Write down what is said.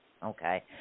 okay